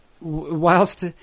whilst